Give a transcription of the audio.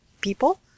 people